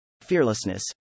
Fearlessness